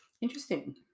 Interesting